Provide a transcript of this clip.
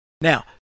Now